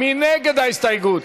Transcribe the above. מי נגד ההסתייגות?